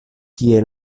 kie